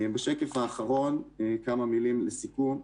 בשקף האחרון, כמה מילים לסיכום.